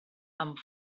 amb